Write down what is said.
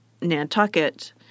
Nantucket